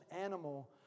animal